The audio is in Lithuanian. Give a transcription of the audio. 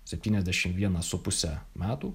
septyniasdešim vienas su puse metų